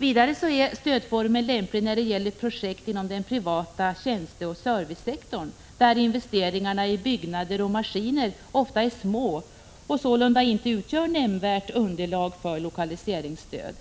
Vidare är stödformen lämplig när det gäller projekt inom den privata tjänsteoch servicesektorn där investeringarna i byggnader och maskiner ofta är små och sålunda inte utgör nämnvärt underlag för lokaliseringsstöd.